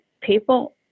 people